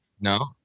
No